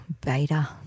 Beta